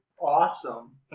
awesome